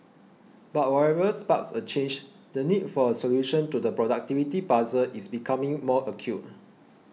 but whatever sparks a change the need for a solution to the productivity puzzle is becoming more acute